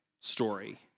story